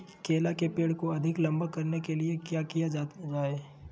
केला के पेड़ को अधिक लंबा करने के लिए किया किया जाए?